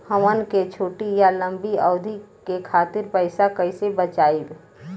हमन के छोटी या लंबी अवधि के खातिर पैसा कैसे बचाइब?